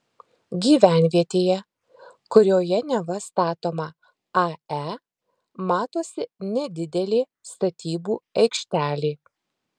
gyvenvietėje kurioje neva statoma ae matosi nedidelė statybų aikštelė